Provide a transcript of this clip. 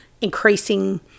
increasing